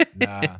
Nah